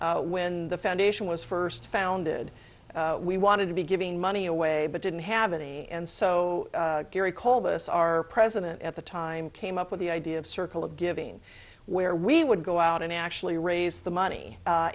time when the foundation was first founded we wanted to be giving money away but didn't have it and so gary called us our president at the time came up with the idea of circle of giving where we would go out and actually raise the money a